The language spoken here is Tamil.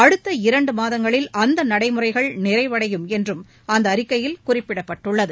அடுத்த இரண்டு மாதங்களில் அந்த நடைமுறைகள் நிறைவடையும் என்றும் அந்த அறிக்கையில் குறிப்பிடப்பட்டுள்ளது